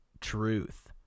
truth